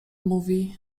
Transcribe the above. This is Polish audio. mówi